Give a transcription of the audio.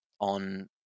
on